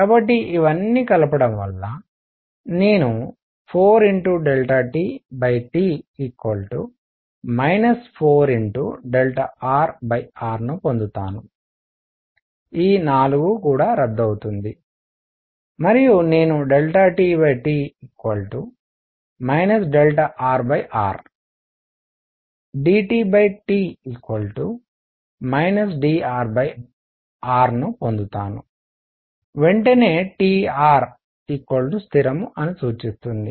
కాబట్టి ఇవన్నీ కలపడం వల్ల నేను 4TT 4rrను పొందుతాను ఈ 4 రద్దు అవుతుంది మరియు నేను TT rr dTT drrను పొందుతాను వెంటనే Trస్థిరం అని సూచిస్తుంది